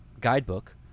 guidebook